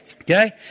Okay